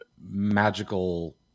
magical